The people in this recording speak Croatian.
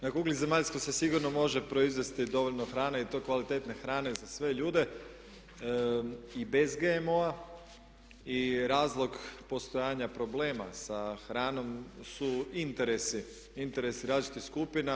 Na kugli zemaljskoj se sigurno može proizvesti dovoljno hrane i to kvalitetne hrane za sve ljude i bez GMO-a i razlog postojanja problema s hranom su interesi različitih skupina.